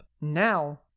Now